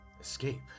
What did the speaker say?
escape